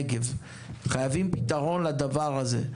חייבים למצוא פתרון לדבר הזה.